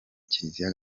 kiliziya